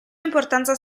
importanza